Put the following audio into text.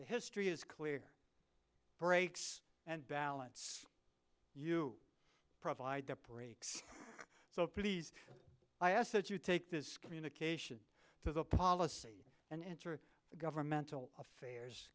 the history is clear breaks and balance you provide the breaks so please i ask that you take this communication to the policy and enter the governmental affairs